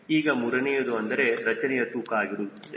ಈಗ ಮೂರನೆಯದು ಅಂದರೆ ರಚನೆಯ ತೂಕ ಆಗಿರುತ್ತದೆ